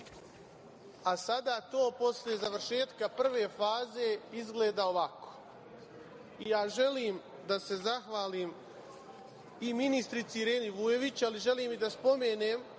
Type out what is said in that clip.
a sada to posle završetka prve faze izgleda ovako. Želim da se zahvalim ministrici i Ireni Vujović, ali želim i da spomenem